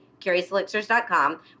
curiouselixirs.com